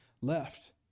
left